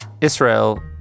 Israel